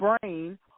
brain